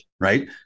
right